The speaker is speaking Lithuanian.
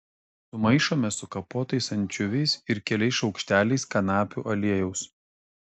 sumaišome su kapotais ančiuviais ir keliais šaukšteliais kanapių aliejaus